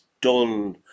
dull